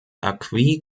acquis